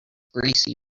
greasy